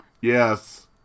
Yes